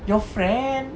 your friend